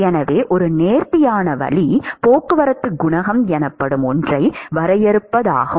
எனவே ஒரு நேர்த்தியான வழி போக்குவரத்து குணகம் எனப்படும் ஒன்றை வரையறுப்பதாகும்